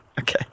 Okay